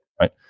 right